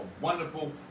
wonderful